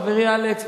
חברי אלכס,